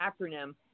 acronym